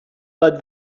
but